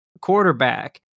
quarterback